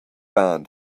band